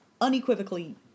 unequivocally